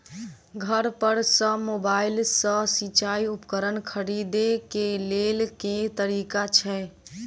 घर पर सऽ मोबाइल सऽ सिचाई उपकरण खरीदे केँ लेल केँ तरीका छैय?